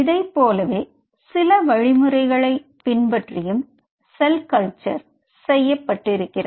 இதை போலவே சில வழி முறைகளை பின்பற்றியும் செல் கல்ச்சர் செய்ய பட்டிருக்கிறது